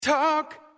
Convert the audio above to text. Talk